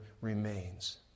remains